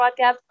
podcast